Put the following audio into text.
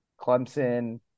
Clemson